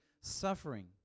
suffering